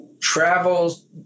travels